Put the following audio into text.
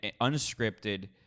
unscripted